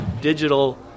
digital